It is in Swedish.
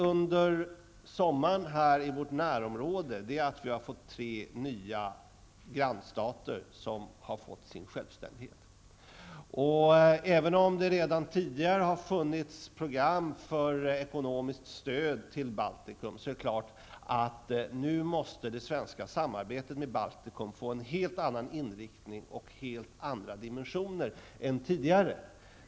Under sommaren har vi i vårt närområde fått tre nya grannstater, som har fått sin självständighet. Även om det redan tidigare funnits program för ekonomiskt stöd till Baltikum är det klart att nu måste det svenska samarbetet med Baltikum få en helt annan inriktning och helt andra dimensioner än tidigare.